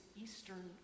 Eastern